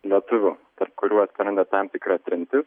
lietuvių tarp kurių atsiranda tam tikra trintis